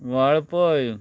Valpoi